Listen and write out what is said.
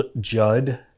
Judd